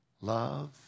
love